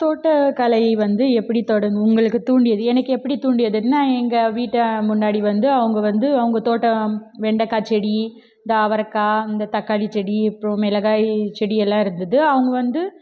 தோட்டக்கலை வந்து எப்படி தொட உங்களுக்குத் தூண்டியது எனக்கு எப்படித் தூண்டியதுன்னால் எங்கள் வீட்டு முன்னாடி வந்து அவங்க வந்து அவங்க தோட்டம் வெண்டக்காய் செடி அந்த அவரைக்கா அந்த தக்காளிச் செடி அப்புறம் மிளகாய்ச் செடி எல்லாம் இருந்தது அவங்க வந்து